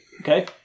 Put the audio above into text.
Okay